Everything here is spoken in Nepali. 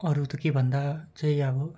अरू त के भन्दा चाहिँ अब